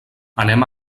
anem